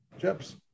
chips